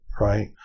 right